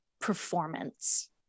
performance